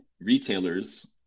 retailers